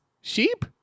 sheep